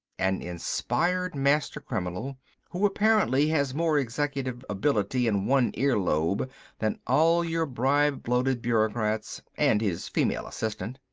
an inspired master criminal who apparently has more executive ability in one ear lobe than all your bribe-bloated bureaucrats and his female assistant.